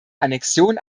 annexion